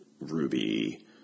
Ruby